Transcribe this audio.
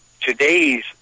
Today's